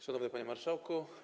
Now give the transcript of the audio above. Szanowny Panie Marszałku!